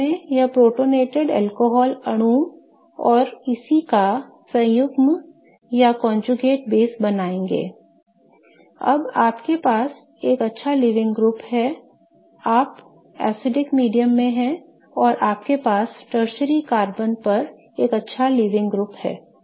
बदले में हम यह प्रोटोनेटेड अल्कोहल अणु और इसी का संयुग्मित बेस बनाएंगे अब आपके पास एक अच्छा लीविंग ग्रुप है आप अम्लीय माध्यम में हैं और आपके पास टर्शरी carbon पर एक अच्छा लीविंग ग्रुप है